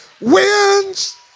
wins